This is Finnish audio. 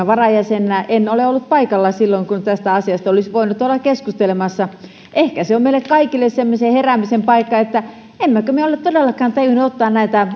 varajäsenenä en ole ollut paikalla silloin kun tästä asiasta olisi voinut olla keskustelemassa ehkä se on meille kaikille semmoisen heräämisen paikka että emmekö me ole todellakaan tajunneet ottaa näitä